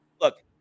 look